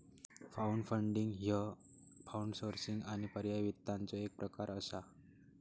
crowdfunding ह्य crowdsourcing आणि पर्यायी वित्ताचो एक प्रकार असा